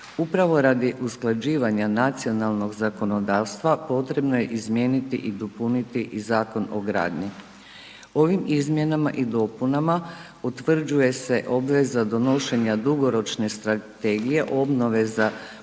Upravo radi usklađivanja nacionalnog zakonodavstva potrebno je izmijeniti i dopuniti i Zakon o gradnji. Ovim izmjenama i dopunama utvrđuje se obveza donošenja dugoročne strategije obnove za